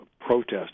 protests